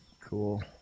Cool